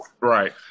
Right